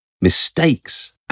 Mistakes